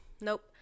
nope